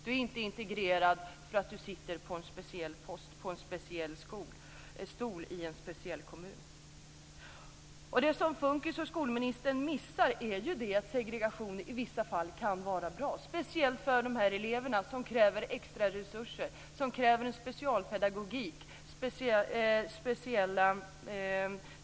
Du är inte integrerad bara för att du sitter på en speciell post, på en speciell stol i en speciell kommun. Det som propositionen om elever med funktionshinder och skolministern missar är ju att segregation i vissa fall kan vara bra, speciellt för de elever som kräver extraresurser och en specialpedagogik.